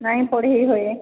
ନାଇଁ ପଢ଼ାଇ ହୁଏ